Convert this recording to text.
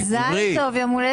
תודה רבה.